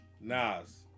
Nas